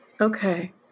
Okay